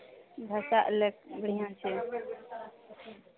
भाषा लए बढ़िआँ छै